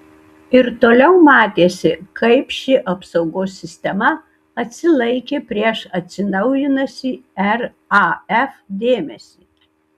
ir toliau matėsi kaip ši apsaugos sistema atsilaikė prieš atsinaujinusį raf dėmesį